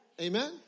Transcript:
Amen